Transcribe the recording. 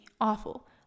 awful